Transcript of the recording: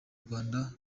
rwanda